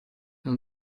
non